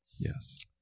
Yes